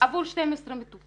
עבור 12 מטופלים.